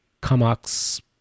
comox